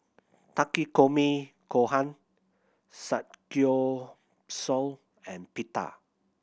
Takikomi Gohan Samgyeopsal and Pita